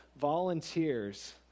volunteers